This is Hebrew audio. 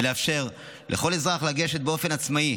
ולאפשר לכל אזרח לגשת באופן עצמאי,